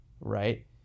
right